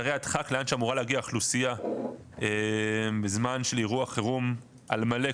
אתרי הדחק שלאן שאמורה להגיע אוכלוסייה בזמן של אירוע חירום על מלא,